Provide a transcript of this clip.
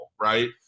right